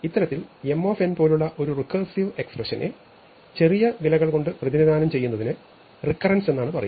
ഇത്തരത്തിൽ M പോലുള്ള ഒരു റെക്കേർസിവ് എക്സ്പ്രഷനെ ചെറിയ വിലകൾ കൊണ്ട് പ്രതിനിധാനം ചെയ്യുന്നതിനെ റീകറൻസ് എന്നാണു പറയുക